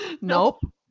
Nope